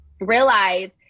realize